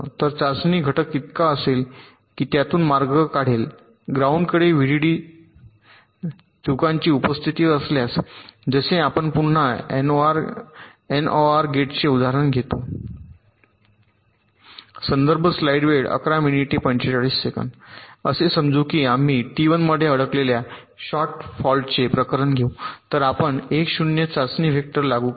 तर चाचणी घटक इतका असेल की त्यातून मार्ग काढेल ग्राउंडकडे व्हीडीडी चुकांची उपस्थिती असल्यास जसे आपण पुन्हा एनओआर गेटचे उदाहरण घेतो असे समजू की आम्ही टी 1 मध्ये अडकलेल्या शॉर्ट फॉल्टचे प्रकरण घेऊ तर आपण 1 0 चाचणी वेक्टर लागू करू